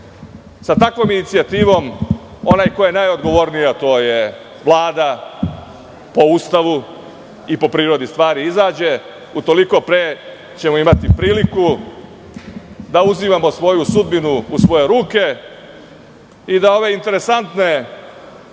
sa takvom inicijativom onaj ko je najodgovorniji, a to je Vlada po Ustavu i po prirodi stvari, izađe u toliko pre ćemo imati priliku da uzimamo svoju sudbinu u svoje ruke i da ove interesantne